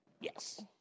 Yes